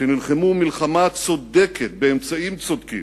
שנלחמו מלחמה צודקת, באמצעים צודקים,